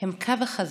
הם קו החזית.